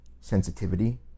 sensitivity